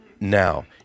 now